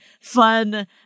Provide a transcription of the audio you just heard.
fun